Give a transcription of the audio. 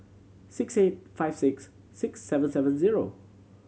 six eight five six six seven seven zero